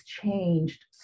changed